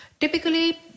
Typically